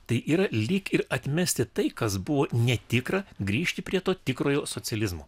tai yra lyg ir atmesti tai kas buvo netikra grįžti prie to tikrojo socializmo